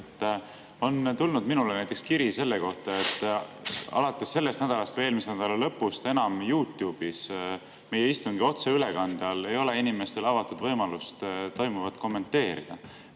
on tulnud kiri selle kohta, et alates sellest nädalast või eelmise nädala lõpust Youtube'is meie istungi otseülekande all ei ole inimestel enam võimalik toimuvat kommenteerida.